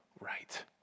right